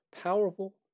powerful